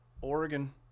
Oregon